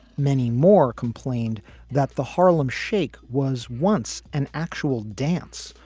many more complained that the harlem shake was once an actual dance,